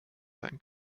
sein